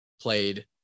played